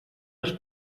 les